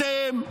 אתם.